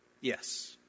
yes